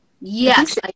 Yes